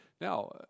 Now